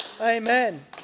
Amen